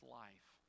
life